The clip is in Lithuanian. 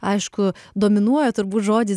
aišku dominuoja turbūt žodis